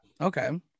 Okay